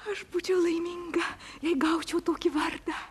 aš būčiau laiminga jei gaučiau tokį vardą